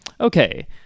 Okay